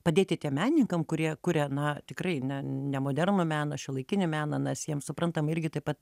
padėti tiem meninikam kurie kuria na tikrai ne ne modernų meną šiuolaikinį meną mes jiem suprantama irgi taip pat